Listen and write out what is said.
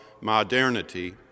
modernity